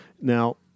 Now